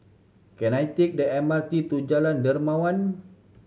can I take the M R T to Jalan Dermawan